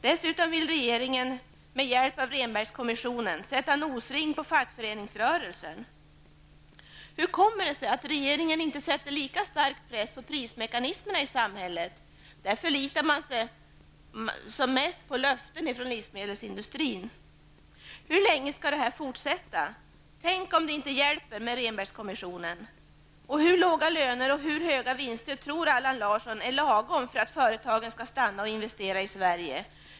Dessutom vill regeringen med hjälp av Rehnbergkommissionen sätta en nosring på fackföreningsrörelsen. Hur kommer det sig att regeringen inte sätter lika stark press på prismekanismerna i samhället? I det avseendet förlitar man sig på löften från livsmedelsindustrin. Hur länge skall detta fortsätta? Och tänk om det inte hjälper med Rehnbergkommissionen. Vad är lagom? Hur låga löner och hur låga vinster tror Allan Larsson att det behövs för att företagen skall stanna i Sverige och investera här?